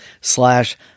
slash